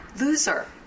Loser